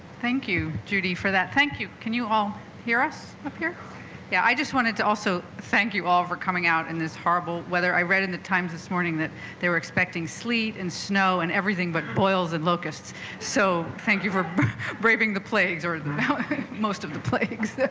thank you judy for that thank you can you all hear us here yeah i just wanted to also thank you all for coming out in this horrible weather i read in the times this morning that they were expecting sleet and snow and everything but boils and locusts so thank you for braving the plagues or most of the plagues